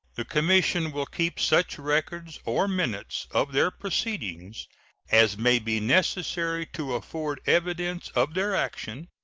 the commission will keep such records or minutes of their proceedings as may be necessary to afford evidence of their action,